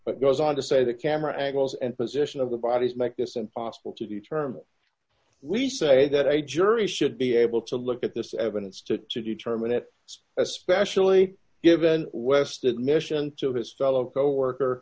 but goes on to say the camera angles and position of the bodies make this impossible to determine we say that a jury should be able to look at this evidence to to determine it was especially given west admissions to his fellow coworker